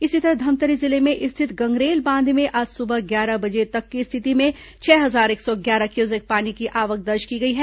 इसी तरह धमतरी जिले में स्थित गंगरेल बांध में आज सुबह ग्यारह बजे तक की स्थिति में छह हजार एक सौ ग्यारह क्यूसेक पानी की आवक दर्ज की गई है